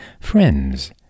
friends